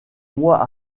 mois